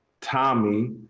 Tommy